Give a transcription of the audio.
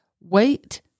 Wait